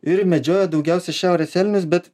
ir medžiojo daugiausia šiaurės elnius bet